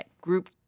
group